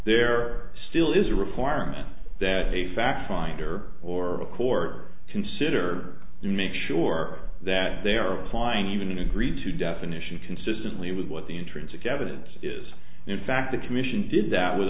there still is a requirement that a fact finder or a court consider to make sure that they are applying even an agreed to definition consistent with what the intrinsic evidence is in fact the commission did that with